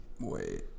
Wait